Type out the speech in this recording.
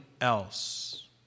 else